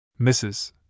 Mrs